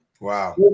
Wow